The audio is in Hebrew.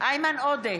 איימן עודה,